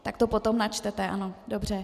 Tak to potom načtete, ano, dobře.